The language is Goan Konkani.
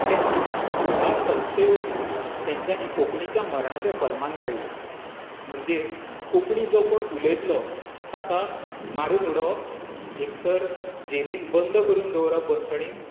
तेन्ना ह्या संस्थे वरवी तेंच्यांनी कोंकणीच्या मरणाचें फर्माण काडलें म्हणजेच कोंकणी जो कोण उलयतलो ताका मारून उडोवप एकतर जेलींत बंद करून दवरप बंदखणींत